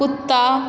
कुत्ता